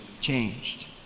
changed